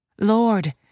Lord